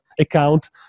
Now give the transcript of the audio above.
account